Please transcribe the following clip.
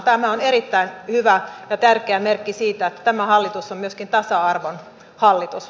tämä on erittäin hyvä ja tärkeä merkki siitä että tämä hallitus on myöskin tasa arvon hallitus